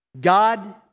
God